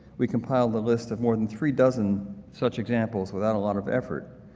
we compiled the list of more than three dozen such examples without a lot of effort,